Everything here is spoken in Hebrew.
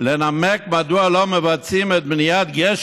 לנמק מדוע לא מבצעים את בניית גשר